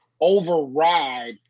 override